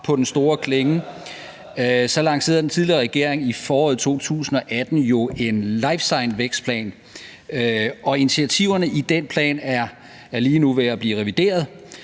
på den store klinge, så lancerede den tidligere regering i foråret 2018 jo en life science-vækstplan, og initiativerne i den plan er lige nu ved at blive revideret,